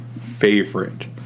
favorite